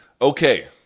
Okay